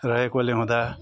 रहेकोले हुँदा